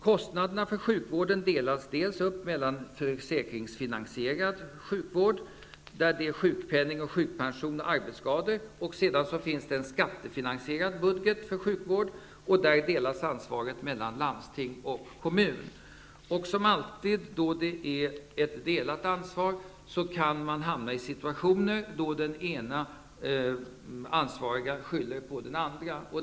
Kostnaderna för sjukvården delas upp i försäkringsfinansierad sjukvård -- sjukpenning, sjukpension och arbetsskadeersättning -- och en skattefinansierad sjukvård där ansvaret delas mellan landsting och kommmun. Som alltid när det gäller delat ansvar kan man hamna i en situation då den ena ansvariga skylller på den andra.